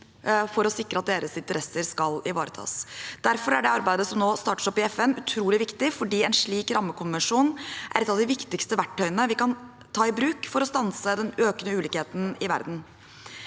for å sikre at deres interesser skal ivaretas. Derfor er det arbeidet som nå startes opp i FN, utrolig viktig. En slik rammekonvensjon er et av de viktigste verktøyene vi kan ta i bruk for å stanse den økende ulikheten i verden.